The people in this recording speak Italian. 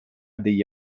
degli